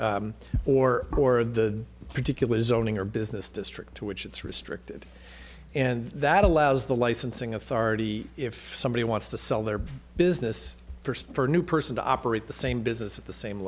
or or the particular zoning or business district to which it's restricted and that allows the licensing authority if somebody wants to sell their business first for a new person to operate the same business at the same